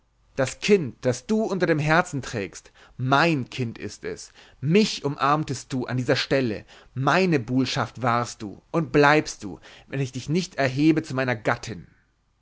das kind das du unter dem herzen trägst mein kind ist es mich umarmtest du hier an dieser stelle meine buhlschaft warst du und bleibst du wenn ich dich nicht erhebe zu meiner gattin